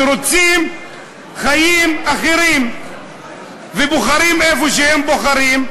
שרוצים חיים אחרים ובוחרים איפה שהם בוחרים,